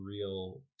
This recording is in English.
real